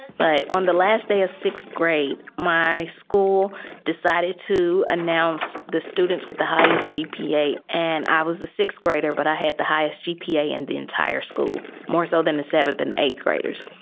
but on the last day of sixth grade, my school decided to announce the students with the highest gpa and i was the sixth grader, but i had the highest gpa in the entire school, moreso than the seventh and eighth graders.